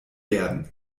werden